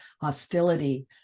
hostility